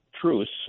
truths